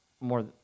more